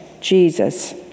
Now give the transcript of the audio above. Jesus